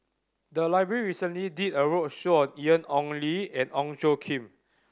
the library recently did a roadshow on Ian Ong Li and Ong Tjoe Kim